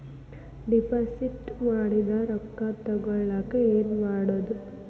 Deposit ಮಾಡಿದ ರೊಕ್ಕ ತಗೋಳಕ್ಕೆ ಏನು ಮಾಡೋದು?